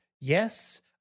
yes